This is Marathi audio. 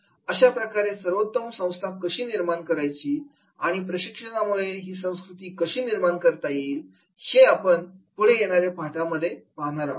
अशा प्रकारची सर्वोत्तम संस्था कशी निर्माण करायची आणि प्रशिक्षणामुळे ही संस्कृती कशी निर्माण करता येईल हे आपण पुढे येणाऱ्या पाठांमध्ये बघणार आहोत